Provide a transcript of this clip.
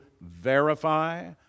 verify